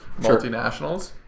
multinationals